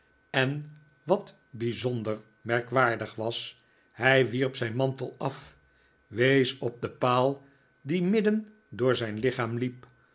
en wat bijzonder merkwaardig was hij wierp zijn mantel af wees op een paal die midden door zijn lichaam liep